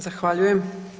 Zahvaljujem.